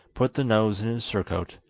put the nose in his surcoat,